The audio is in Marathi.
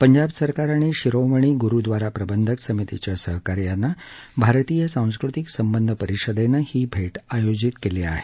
पंजाब सरकार आणि शिरोमणी गुरुद्वारा प्रबंधक समितीच्या सहकार्यानं भारतीय सांस्कृतिक संबंध परिषदेनं ही भेट आयोजित केली आहे